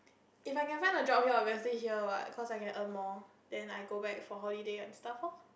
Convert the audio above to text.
if I can find a job here obviously here what cause I can earn more then I go back for holiday and stuff lor